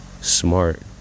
smart